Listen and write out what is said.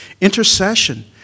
Intercession